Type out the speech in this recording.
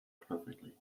perfectly